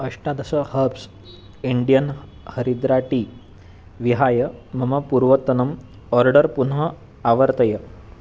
अष्टादश herbs Indian हरिद्रा tea विहाय मम पूर्वतनम् आर्डर् पुनः आवर्तय